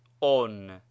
on